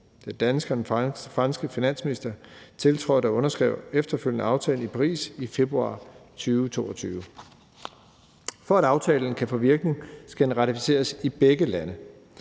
Den danske og den franske finansminister tiltrådte og underskrev efterfølgende aftalen i Paris i februar 2022. For at aftalen kan få virkning, skal den ratificeres i begge lande.